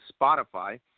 Spotify